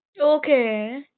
Okay